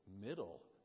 middle